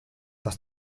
tas